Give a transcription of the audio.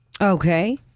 Okay